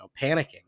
panicking